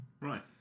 Right